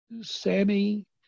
Sammy